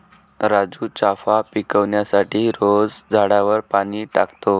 राजू चाफा पिकवण्यासाठी रोज झाडावर पाणी टाकतो